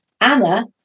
Anna